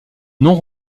non